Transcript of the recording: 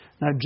Now